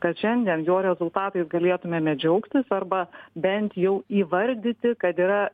kad šiandien jo rezultatais galėtumėme džiaugtis arba bent jau įvardyti kad yra